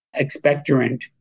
expectorant